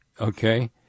okay